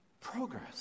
Progress